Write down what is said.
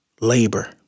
labor